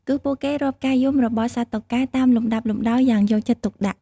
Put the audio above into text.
គឺពួកគេរាប់ការយំរបស់សត្វតុកែតាមលំដាប់លំដោយយ៉ាងយកចិត្តទុកដាក់។